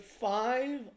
five